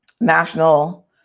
National